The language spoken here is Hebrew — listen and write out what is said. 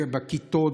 בכיתות,